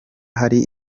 hari